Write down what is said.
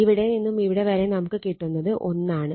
ഇവിടെ നിന്നും ഇവിടെ വരെ നമുക്ക് കിട്ടുന്നത് 1 ആണ്